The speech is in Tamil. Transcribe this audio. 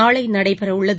நாளை நடைபெறவுள்ளது